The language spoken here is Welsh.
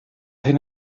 hyn